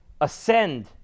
ascend